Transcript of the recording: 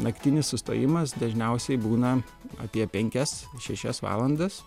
naktinis sustojimas dažniausiai būna apie penkias šešias valandas